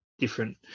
different